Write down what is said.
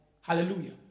Hallelujah